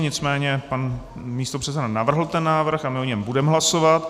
Nicméně pan místopředseda navrhl ten návrh a my o něm budeme hlasovat.